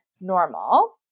normal